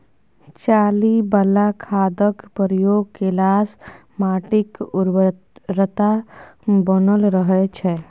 चाली बला खादक प्रयोग केलासँ माटिक उर्वरता बनल रहय छै